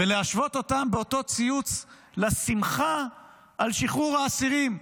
להשוות אותם באותו ציוץ לשמחה על שחרור האסירים?